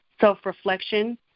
self-reflection